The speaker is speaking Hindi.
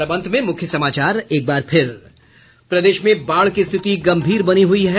और अब अंत में मुख्य समाचार एक बार फिर प्रदेश में बाढ़ की स्थिति गंभीर बनी हुई है